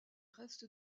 restes